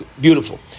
beautiful